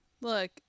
Look